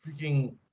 freaking